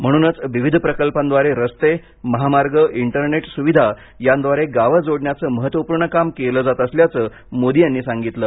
म्हणूनच विविध प्रकल्पाद्वारे रस्ते महामार्ग इंटरनेट सुविधा यांद्वारे गावं जोडण्याचं महत्त्वपूर्ण काम केलं जात असल्याचं मोदी यांनी सांगितलं